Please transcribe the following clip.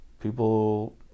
people